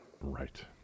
right